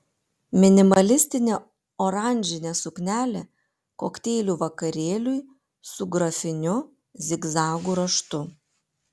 minimalistinė oranžinė suknelė kokteilių vakarėliui su grafiniu zigzagų raštu